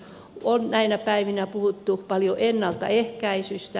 on näinä päivinä puhuttu paljon ennaltaehkäisystä